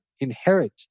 inherit